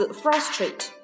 frustrate